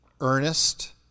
earnest